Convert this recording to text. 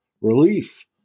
relief